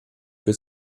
für